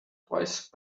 twice